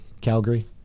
Calgary